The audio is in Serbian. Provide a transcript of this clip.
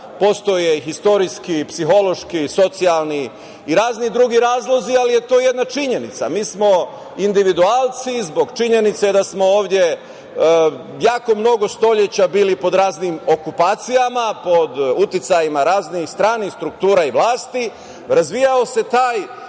postoje istorijski, psihološki, socijalni i razni drugi razlozi, ali je to jedna činjenica. Mi smo individualci zbog činjenice da smo ovde jako mnogo stoleća bili pod raznim okupacijama, pod uticajima raznih stranih struktura i vlasti, razvijao se taj,